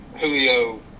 Julio